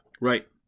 Right